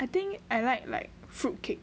I think I like like fruitcake